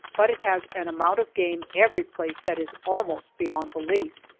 but it has an amount of game every place that is almost beyond belief.